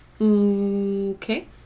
Okay